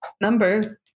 number